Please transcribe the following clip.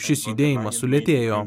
šis judėjimas sulėtėjo